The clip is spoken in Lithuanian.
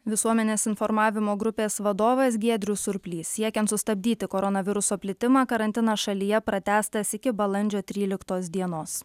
visuomenės informavimo grupės vadovas giedrius surplys siekiant sustabdyti koronaviruso plitimą karantinas šalyje pratęstas iki balandžio tryliktos dienos